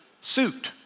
suit